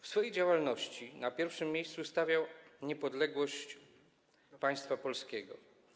W swojej działalności na pierwszym miejscu stawiał niepodległość państwa polskiego.